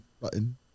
button